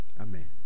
Amen